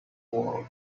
world